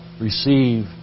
receive